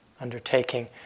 undertaking